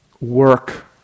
work